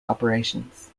operations